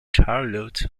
charlotte